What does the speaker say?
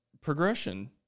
Progression